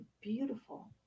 beautiful